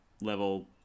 level